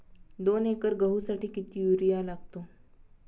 दोन एकर गहूसाठी किती युरिया लागतो?